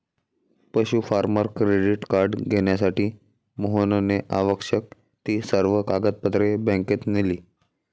पशु farmer credit card घेण्यासाठी मोहनने आवश्यक ती सर्व कागदपत्रे बँकेत नेली